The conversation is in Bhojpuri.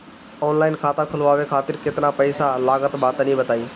ऑनलाइन खाता खूलवावे खातिर केतना पईसा लागत बा तनि बताईं?